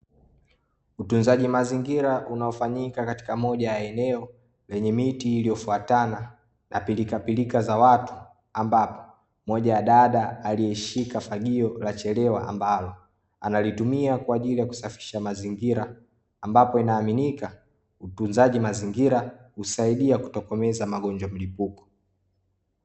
Utunzaji mazingira unaofanyika katika moja ya eneo lenye miti iliyofuatana na pirikapirika za watu ambapo, moja ya dada aliyeshika fagio la chelewa ambalo analitumia kwa ajili ya kusafisha mazingira, ambapo inaaminika utunzaji mazingira husaidia kutokomeza magonjwa mlipuko.